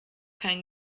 kein